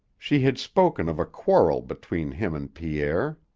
she had spoken of a quarrel between him and pierre?